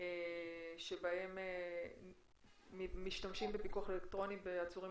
שבהם משתמשים בפיקוח אלקטרוני בעצורים